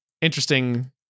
interesting